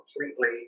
completely